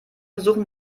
besuchen